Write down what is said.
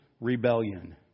rebellion